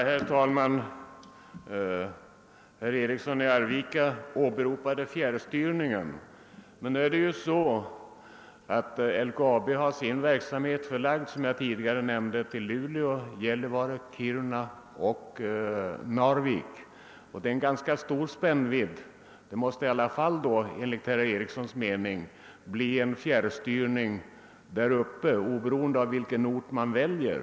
Herr talman! Herr Eriksson i Arvika åberopade fjärrstyrningen. LKAB har emellertid, som jag tidigare nämnt, sin verksamhet förlagd till Luleå, Gällivare, Kiruna och Narvik. Det är därför en ganska stor spännvidd. Det måste i alla fall bli en fjärrstyrning där uppe oberoende av vilken ort man väljer.